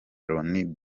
loni